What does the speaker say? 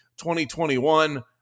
2021